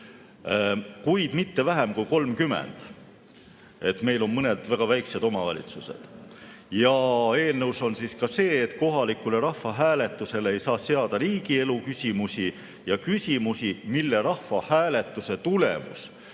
kuid mitte vähem kui 30. Meil on mõned väga väikesed omavalitsused. Eelnõus on ka see, et kohalikule rahvahääletusele ei saa seada riigielu küsimusi ja küsimusi, mille rahvahääletuse tulemus